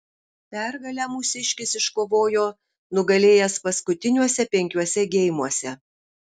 pergalę mūsiškis iškovojo nugalėjęs paskutiniuose penkiuose geimuose